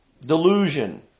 Delusion